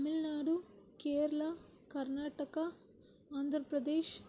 Tamil Nadu Kerala Karnataka Andhra Pradesh